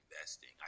investing